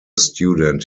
student